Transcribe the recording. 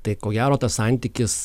tai ko gero tas santykis